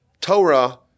Torah